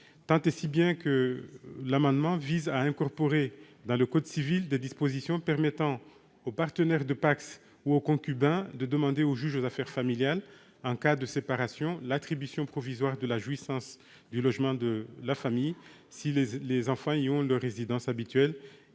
défendre notre collègue. Il vise à introduire dans le code civil des dispositions permettant aux partenaires de PACS ou aux concubins de demander au juge aux affaires familiales, en cas de séparation, l'attribution provisoire de la jouissance du logement de la famille si les enfants y ont leur résidence habituelle,